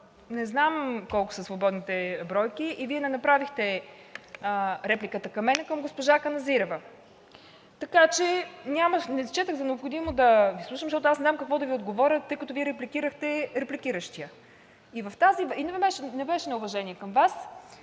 не знам колко са свободните бройки и Вие не направихте репликата към мен, а към госпожа Каназирева, така че не счетох за необходимо да Ви слушам, защото аз не знам какво да отговоря, тъй като Вие репликирахте репликиращия и не беше неуважение към Вас.